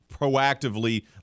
proactively